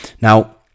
Now